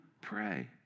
pray